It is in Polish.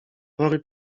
pory